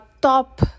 top